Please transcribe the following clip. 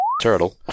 turtle